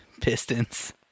Pistons